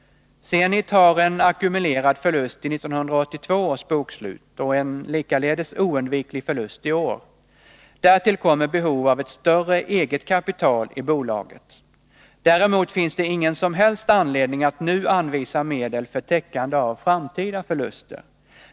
Zenit har en ackumulerad förlust i 1982 års bokslut och en likaledes oundviklig förlust i år. Därtill kommer behov av ett större eget kapital i bolaget. Däremot finns det ingen som helst anledning att nu anvisa medel för täckande av framtida förluster.